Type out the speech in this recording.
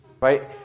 right